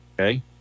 okay